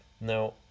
Now